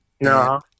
No